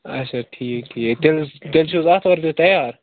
اچھا ٹھیٖک ٹھیٖک تیٚلہِ تیٛلہِ چھُ آتھوارِ دۄہ تیار